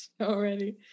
already